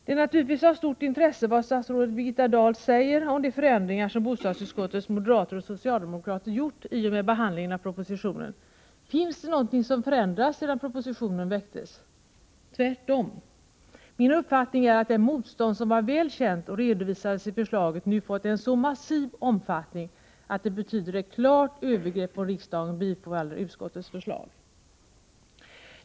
Det är naturligtvis av stort intresse vad statsrådet Birgitta Dahl säger om de förändringar som bostadsutskottets moderater och socialdemokrater gjort i och med behandlingen av propositionen. Finns det något som förändrats sedan propositionen väcktes? Tvärtom! Min uppfattning är att det motstånd som var väl känt och redovisades i förslaget nu fått en så massiv omfattning, att det betyder ett klart övergrepp om riksdagen bifaller utskottets förslag.